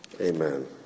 Amen